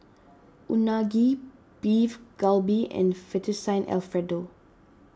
Unagi Beef Galbi and Fettuccine Alfredo